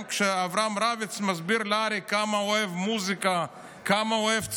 כשאברהם רביץ מסביר לאריק כמה הוא אוהב מוזיקה וכמה הוא אוהב ציור,